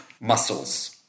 muscles